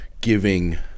giving